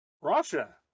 Russia